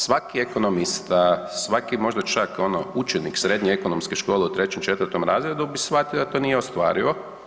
Svaki ekonomista, svaki možda čak ono učenik Srednje ekonomske škole u3., 4. Razredu bi shvatio da to nije ostvarivo.